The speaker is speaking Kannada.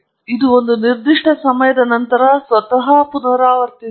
ಇದು ಒಂದು ನಿರ್ದಿಷ್ಟ ಸಮಯದ ನಂತರ ಸ್ವತಃ ಪುನರಾವರ್ತಿಸುತ್ತದೆ